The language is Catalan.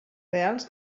reals